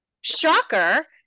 Shocker